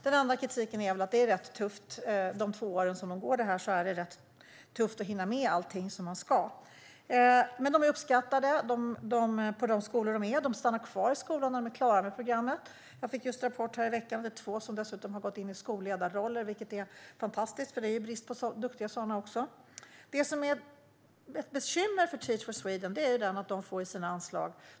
Den enda kritiken gäller att det är rätt tufft. Under de två år som programmet varar är det tufft att hinna med allt som man ska. Detta är dock uppskattat på de skolor där det finns, och lärarna stannar kvar på skolan när de är klara med programmet. Jag fick just i veckan en rapport om två lärare som dessutom har gått in i skolledarroller. Det är fantastiskt, för det råder brist också på duktiga sådana. Ett bekymmer för Teach for Sweden gäller anslagen.